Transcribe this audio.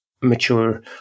mature